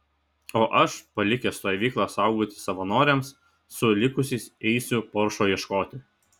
o aš palikęs stovyklą saugoti savanoriams su likusiais eisiu paršo ieškoti